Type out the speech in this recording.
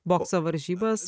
bokso varžybas